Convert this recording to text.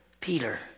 Peter